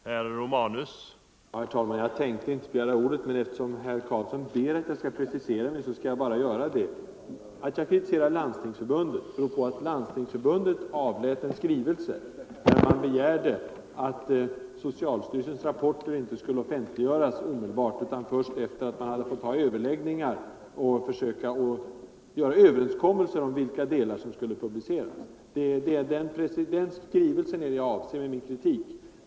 Herr talman! Jag tänkte inte begära ordet ännu en gång, men eftersom herr Karlsson i Huskvarna bad att jag skulle precisera mig skall jag göra det. Att jag kritiserar Landstingsförbundet beror på att förbundet har avlåtit en skrivelse, i vilken förbundet begär att socialstyrelsens rapporter inte skulle offentliggöras omedelbart, utan först efter det att man haft överläggningar och träffat överenskommelse om vilka delar som skulle publiceras. Det var den skrivelsen jag avsåg med min kritik.